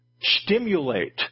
stimulate